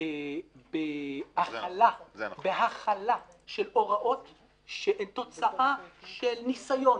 בהחלה של הוראות שהן תוצאה של ניסיון